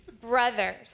brothers